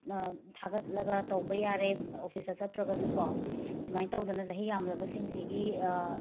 ꯊꯥꯒꯠꯂꯒ ꯇꯧꯕ ꯌꯥꯔꯦ ꯑꯣꯐꯤꯁꯇ ꯆꯠꯇ꯭ꯔꯒꯁꯨ ꯀꯣ ꯁꯨꯃꯥꯏꯟ ꯇꯧꯗꯅ ꯆꯍꯤ ꯌꯥꯝꯂꯕ ꯁꯤꯡꯁꯤꯒꯤ